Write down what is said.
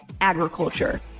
agriculture